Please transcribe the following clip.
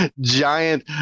giant